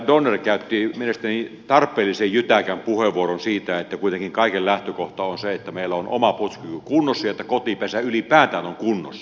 edustaja donner käytti mielestäni tarpeellisen jytäkän puheenvuoron siitä että kuitenkin kaiken lähtökohta on se että meillä on oma puolustuskyky kunnossa ja että kotipesä ylipäätään on kunnossa